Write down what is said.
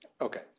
Okay